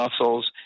muscles